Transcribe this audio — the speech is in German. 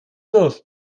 los